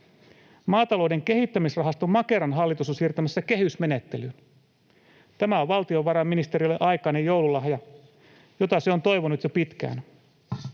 Maatalouden kehittämisrahasto Makeran hallitus on siirtymässä kehysmenettelyyn. Tämä on valtiovarainministeriölle aikainen joululahja, jota se on toivonut jo pitkään.